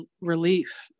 relief